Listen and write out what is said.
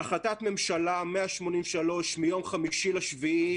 החלטת ממשלה 183, מיום 5 ביולי